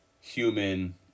human